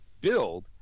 build